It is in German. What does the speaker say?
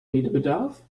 redebedarf